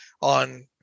on